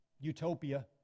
utopia